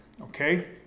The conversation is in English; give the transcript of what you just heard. okay